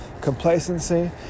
complacency